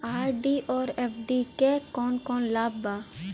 RD और FD क कौन कौन लाभ बा?